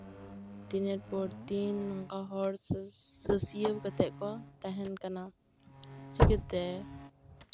ᱫᱤᱱᱮᱨ ᱯᱚᱨ ᱫᱤᱱ ᱱᱚᱝᱠᱟ ᱦᱚᱲ ᱥᱟᱹᱥᱭᱟᱹᱣ ᱠᱟᱛᱮ ᱠᱚ ᱛᱟᱦᱮᱱ ᱠᱟᱱᱟ ᱪᱤᱠᱟᱹᱛᱮ